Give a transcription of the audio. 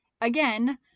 again